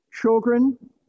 Children